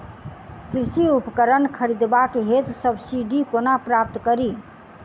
कृषि उपकरण खरीदबाक हेतु सब्सिडी कोना प्राप्त कड़ी?